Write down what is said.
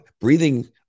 breathing